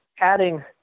adding